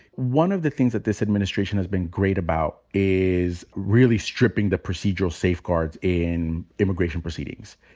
one of the things that this administration has been great about is really stripping the procedural safeguards in immigrant and proceedings.